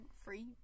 free